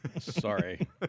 Sorry